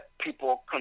people